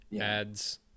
ads